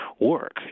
work